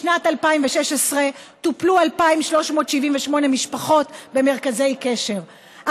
בשנת 2016 טופלו 2,378 משפחות במרכזי קשר,